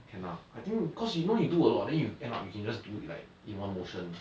can lah I think cause you know you do a lot then you end up you can just do it like in one motion